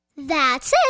that's it.